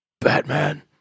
Batman